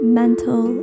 mental